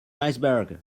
iceberg